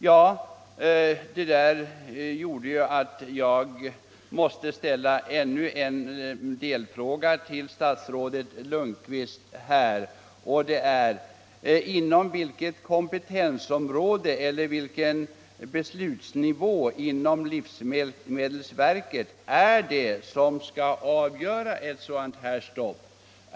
Mot den här bakgrunden måste jag ställa en delfråga till statsrådet Lundkvist: Inem vilket kompetensområde eller på vilken beslutsnivå i livsmedelsverket är det som ett sådant här stopp skall avgöras?